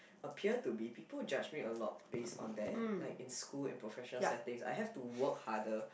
appear to be people judge me a lot based on that like in school in professional settings I have to work harder